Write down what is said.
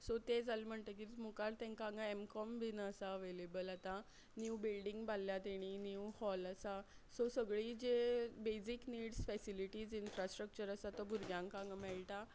so ते जालें म्हणटगीर मुखार तेंकां हांगां एम कॉम बीन आसा अवेलेबल आतां न्यू बिल्डींग बांदल्या तेणी न्यू हॉल आसा सो सगळीं जे basic needs facilities infrastructure आसा तो भुरग्यांक हांगां मेळटा